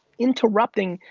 interrupting.